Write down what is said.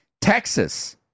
Texas